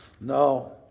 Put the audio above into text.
No